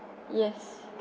yes